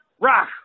Rock